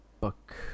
book